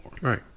Right